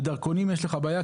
בדרכונים יש לך בעיה,